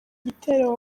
gitero